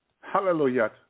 Hallelujah